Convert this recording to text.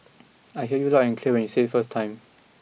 I heard you loud and clear when you said it first time